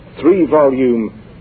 three-volume